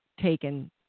taken